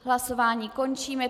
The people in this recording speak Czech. Hlasování končím.